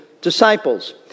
disciples